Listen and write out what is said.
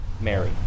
Mary